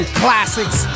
classics